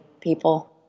people